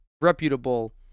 reputable